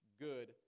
good